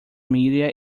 media